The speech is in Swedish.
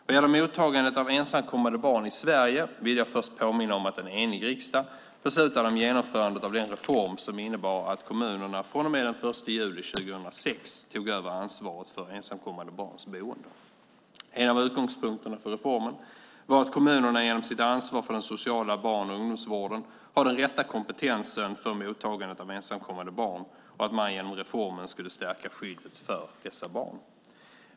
Vad gäller mottagandet av ensamkommande barn i Sverige vill jag först påminna om att en enig riksdag beslutade om genomförandet av den reform som innebar att kommunerna från och med den 1 juli 2006 tog över ansvaret för ensamkommande barns boende. En av utgångspunkterna för reformen var att kommunerna genom sitt ansvar för den sociala barn och ungdomsvården har den rätta kompetensen för mottagandet av ensamkommande barn och att man genom reformen skulle stärka skyddet för dessa barn.